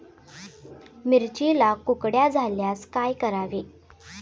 मिरचीला कुकड्या झाल्यास काय करावे?